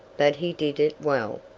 but he did it well.